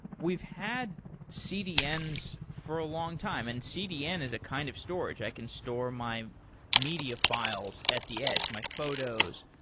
we've had cdns for a longtime, and cdn is a kind of storage. i can store my media files at the edge, my photos,